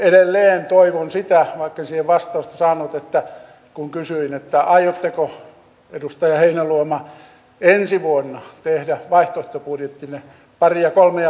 edelleen toivon sitä vaikken siihen vastausta saanut kun kysyin aiotteko edustaja heinäluoma ensi vuonna tehdä vaihtoehtobudjettinne paria kolmea viikkoa aikaisemmin